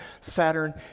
Saturn